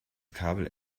kabel